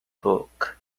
book